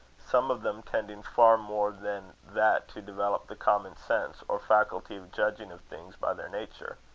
some of them tending far more than that to develope the common-sense, or faculty of judging of things by their nature.